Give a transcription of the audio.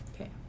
Okay